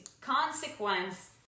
consequence